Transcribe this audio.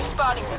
body